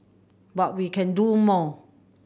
but we can do more